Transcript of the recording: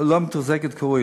כראוי.